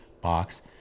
box